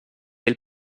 ell